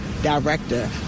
director